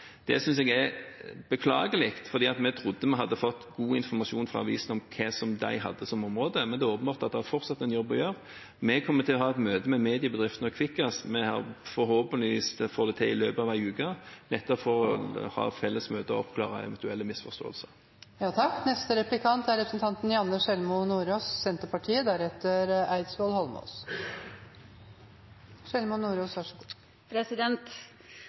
Det synes jeg er beklagelig, for jeg trodde vi hadde fått god informasjon fra avisene om hva de hadde som områder, men det er åpenbart at det fortsatt er en jobb å gjøre. Vi kommer til å ha et møte med mediebedriftene og Kvikkas, forhåpentligvis vil vi få det til i løpet av en uke, et felles møte for å oppklare eventuelle misforståelser. Noe av det jeg tenker er